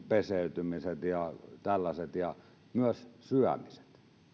peseytymiset ja tällaiset ja myös syömiset